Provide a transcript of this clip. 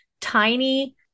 tiny